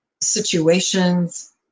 situations